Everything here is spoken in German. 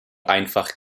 einfach